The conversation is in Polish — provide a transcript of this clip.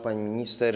Pani Minister!